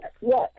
Yes